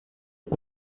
que